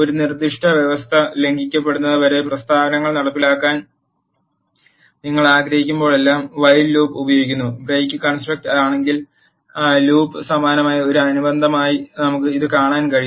ഒരു നിർദ്ദിഷ്ട വ്യവസ്ഥ ലംഘിക്കപ്പെടുന്നതുവരെ പ്രസ്താവനകൾ നടപ്പിലാക്കാൻ നിങ്ങൾ ആഗ്രഹിക്കുമ്പോഴെല്ലാം വൈൽ ലൂപ്പ് ഉപയോഗിക്കുന്നു ബ്രേക്ക് കൺസ്ട്രക്റ്റ് ആണെങ്കിൽ ലൂപ്പിന് സമാനമായ ഒരു അനുബന്ധമായി നമുക്ക് ഇത് കാണാൻ കഴിയും